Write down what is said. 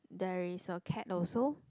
there is a cat also